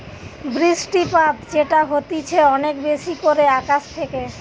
বৃষ্টিপাত যেটা হতিছে অনেক বেশি করে আকাশ থেকে